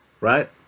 Right